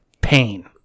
pain